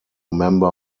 member